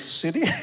city